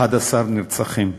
11 נרצחים,